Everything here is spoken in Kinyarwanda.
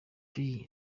plus